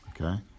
okay